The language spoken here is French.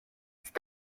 c’est